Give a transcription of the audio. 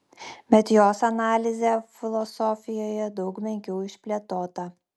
bet jos analizė filosofijoje daug menkiau išplėtota